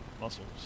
muscles